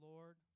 Lord